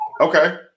Okay